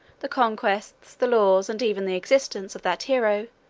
the conquests, the laws, and even the existence, of that hero,